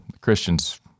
Christians